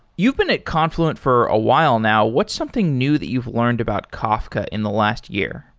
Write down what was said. you've been at confluent for a while now. what's something new that you've learned about kafka in the last year?